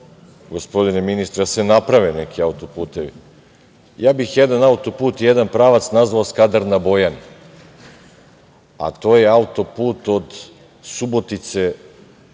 gospodine ministre, da se naprave neki autoputevi. Ja bih jedan autoput i jedan pravac nazvao Skadar na Bojani, a to je autoput od Subotice